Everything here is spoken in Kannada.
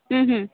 ಹ್ಞೂ ಹ್ಞೂ